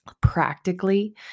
practically